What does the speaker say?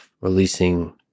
releasing